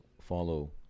follow